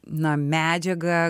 na medžiagą